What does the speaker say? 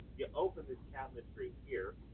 you open this cabinetry here,